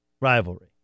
Rivalry